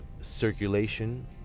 circulation